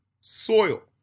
soil